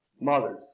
mothers